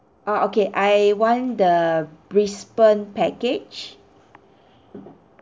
oh okay I want the brisbane package